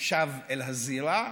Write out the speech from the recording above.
שב אל הזירה.